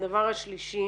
הדבר השלישי